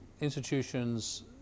institutions